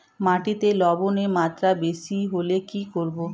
মাটিতে লবণের মাত্রা বেশি হলে কি করব?